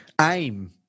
aim